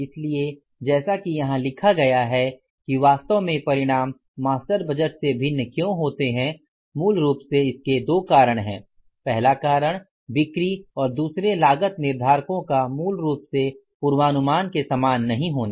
इसलिए जैसा कि यहां लिखा गया है कि वास्तव में परिणाम मास्टर बजट से भिन्न क्यों होते हैं मूल रूप से इसके दो कारण हैं पहला कारण बिक्री और दूसरे लागत निर्धारको का मूल रूप से पूर्वानुमान के समान नहीं होना